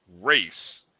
race